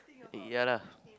ya lah